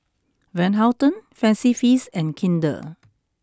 Van Houten Fancy Feast and Kinder